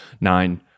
nine